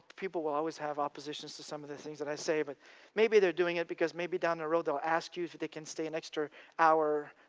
people will always have oppositions to some of the things that i say, but maybe they're doing it because, maybe down the road they'll ask you if they can stay an extra hour